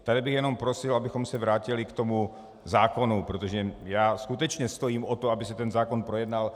Tady bych jenom prosil, abychom se vrátili k tomu zákonu, protože já skutečně stojím o to, aby se ten zákon projednal.